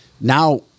Now